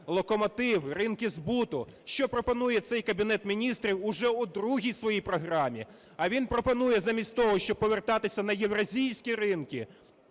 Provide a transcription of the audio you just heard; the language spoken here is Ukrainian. локомотив, ринки збуту. Що пропонує цей Кабінету Міністрів уже у другій своїй програмі? А він пропонує, замість того щоб повертатися на євразійські ринки,